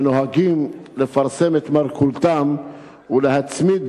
שנוהגים לפרסם את מרכולתם ולהצמיד,